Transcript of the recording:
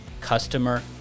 customer